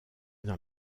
dans